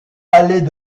palais